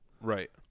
Right